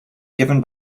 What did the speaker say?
given